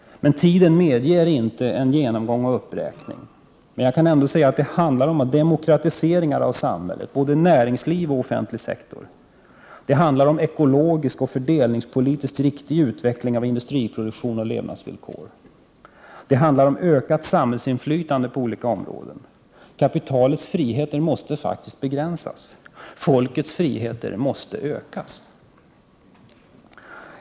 Men tiden medger inte en genomgång och uppräkning. Jag kan ändå säga att det handlar om demokratiseringar av samhället, både inom näringsliv och inom offentlig sektor. Det handlar om en ekologiskt och fördelningspolitiskt riktig utveckling av industriproduktion och levnadsvillkor. Det handlar om ökat samhällsinflytande på olika områden. Kapitalets friheter måste faktiskt begränsas. Folkets friheter måste ökas.